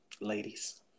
ladies